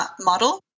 model